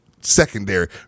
secondary